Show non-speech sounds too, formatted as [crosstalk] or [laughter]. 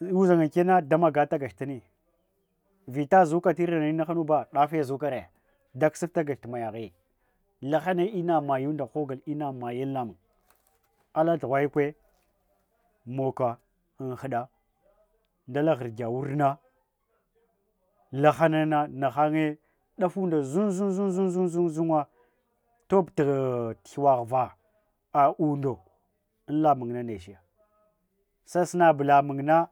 ushannye ankana maga fa magach tani vita zuka tina irinana inahabu dafe zukarada ksttagach inayyaghi lahan ina mayanda hogla ina mauain lameen ala tughwa ikwe moka anhaddta nda ala ghrgya wurna [noise] lahanane nahanye dafa nda zin zin zin zin zuwwa tobt hiyuwaghva a undo an laman nanechiya sasinah lamunna